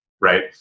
right